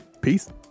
Peace